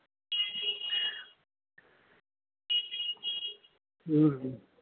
ਹੂੰ ਹੂੰ